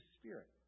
Spirit